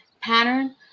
pattern